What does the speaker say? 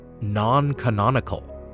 non-canonical